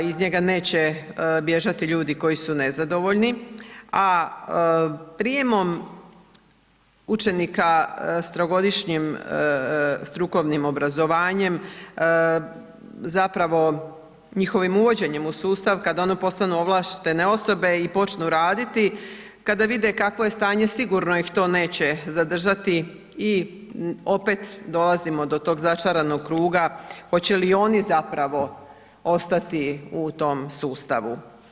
Iz njega neće bježati ljudi koji su nezadovoljni a prijemom učenika s trogodišnjim strukovnim obrazovanjem, zapravo njihovim uvođenjem u sustav kada oni postanu ovlaštene osobe i počnu raditi, kada vide kakvo je stanje, sigurno ih to neće zadržati i opet dolazimo do tog začaranog kruga hoće li oni zapravo ostati u tom sustavu.